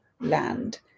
land